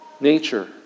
nature